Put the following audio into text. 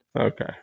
Okay